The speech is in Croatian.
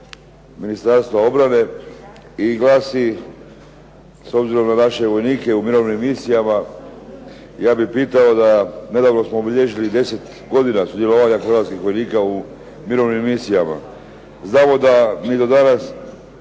Ministarstva obrane i glasi, s obzirom na naše vojnike u mirovnim misijama, ja bih pitao da, nedavno smo obilježili 10 godina sudjelovanja hrvatskih vojnika u mirovnim misijama. Znamo da mi do danas,